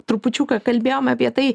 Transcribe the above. trupučiuką kalbėjom apie tai